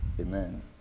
Amen